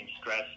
stress